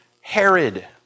Herod